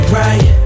right